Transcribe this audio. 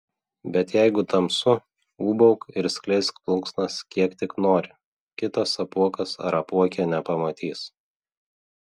bet jeigu tamsu ūbauk ir skleisk plunksnas kiek tik nori kitas apuokas ar apuokė nepamatys